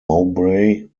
mowbray